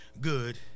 good